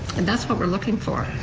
and that's what we're looking for.